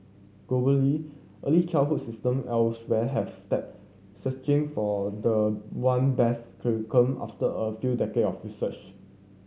globally early childhood system elsewhere have stepped searching for the one best curriculum after a few decade of research